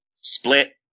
split